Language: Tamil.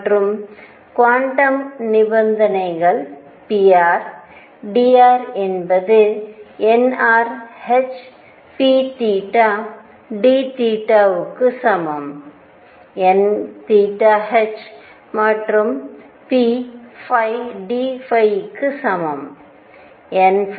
மற்றும் குவாண்டம் நிபந்தனைகள் pr dr என்பது nr h pdθ க்கு சமம் nh மற்றும் pd க்கு சமம் nh